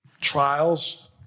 trials